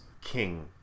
King